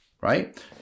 right